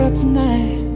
tonight